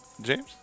James